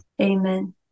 Amen